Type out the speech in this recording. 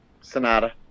Sonata